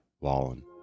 Wallen